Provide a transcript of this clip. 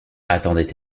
attendait